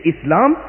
Islam